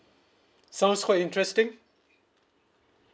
sounds quite interesting